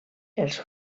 els